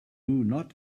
not